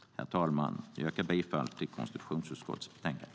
Herr talman! Jag yrkar bifall till förslaget i konstitutionsutskottets betänkande.